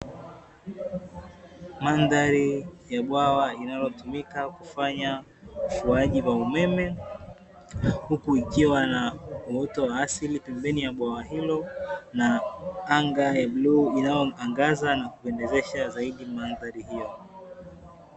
Mandhari ya bwawa linalotumika kufanya ufuaji wa umeme. Huku kukiwa na uoto wa asili pembeni ya bwawa hilo, na anga la bluu linaloangaza na kupendezesha zaidi mandhari hiyo.